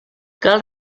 cal